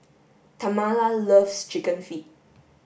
Tamala loves chicken feet